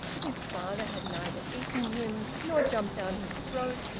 his father had neither eaten him, nor jumped down his throat,